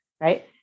right